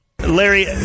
larry